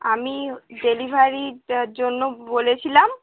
আমি ডেলিভারির জন্য বলেছিলাম